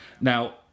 Now